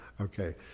Okay